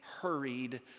hurried